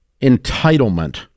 entitlement